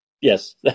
Yes